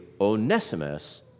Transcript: Onesimus